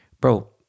bro